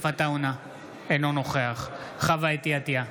אינו נוכח חוה אתי עטייה,